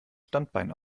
standbein